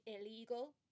illegal